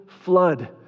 flood